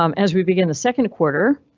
um as we begin the second quarter,